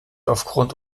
aufgrund